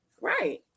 Right